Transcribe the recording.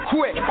Quick